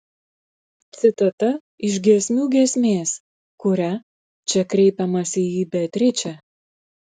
citata iš giesmių giesmės kuria čia kreipiamasi į beatričę